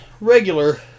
Regular